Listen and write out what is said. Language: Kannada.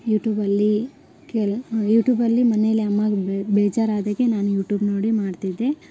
ಯೂಟೂಬಲ್ಲಿ ಕೆಲ ಯೂಟೂಬಲ್ಲಿ ಮನೇಲಿ ಅಮ್ಮನಿಗೆ ಬೇಜಾರಾದಾಗ ನಾನು ಯೂಟೂಬ್ ನೋಡಿ ಮಾಡ್ತಿದ್ದೆ